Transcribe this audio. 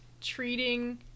treating